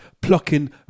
plucking